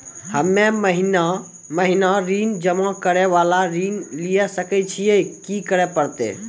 हम्मे महीना महीना ऋण जमा करे वाला ऋण लिये सकय छियै, की करे परतै?